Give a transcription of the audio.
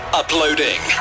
uploading